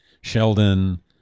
Sheldon